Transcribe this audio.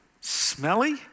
smelly